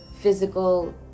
physical